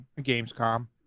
Gamescom